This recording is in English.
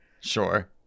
Sure